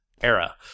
era